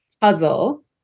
puzzle